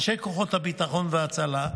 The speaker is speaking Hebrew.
אנשי כוחות הביטחון וההצלה,